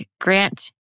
Grant